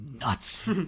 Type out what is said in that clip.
nuts